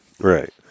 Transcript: Right